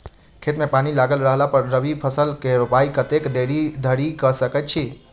खेत मे पानि लागल रहला पर रबी फसल केँ रोपाइ कतेक देरी धरि कऽ सकै छी?